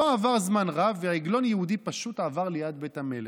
לא עבר זמן רב ועגלון יהודי פשוט עבר ליד בית המלך.